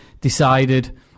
decided